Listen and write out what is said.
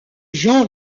jean